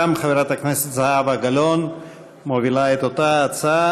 גם חברת הכנסת זהבה גלאון מובילה את אותה הצעה.